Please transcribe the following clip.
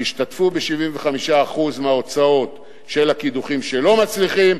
תשתתפו ב-75% מההוצאות של הקידוחים שלא מצליחים,